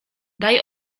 daj